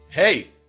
Hey